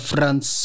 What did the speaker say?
France